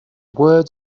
world